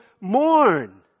mourn